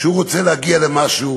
כשהוא רוצה להגיע למשהו